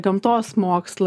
gamtos mokslai